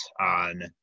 on